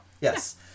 yes